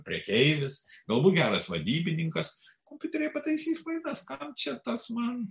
prekeivis galbūt geras vadybininkas kompiuteriai pataisys klaidas kam čia tas man